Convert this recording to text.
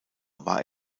war